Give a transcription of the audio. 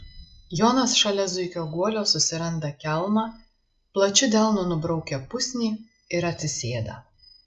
jonas šalia zuikio guolio susiranda kelmą plačiu delnu nubraukia pusnį ir atsisėda